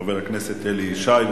חבר הכנסת אלי ישי.